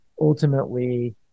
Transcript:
ultimately –